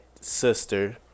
sister